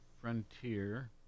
Frontier